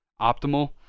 optimal